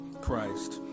Christ